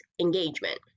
engagement